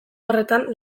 horretan